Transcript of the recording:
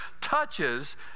touches